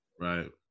right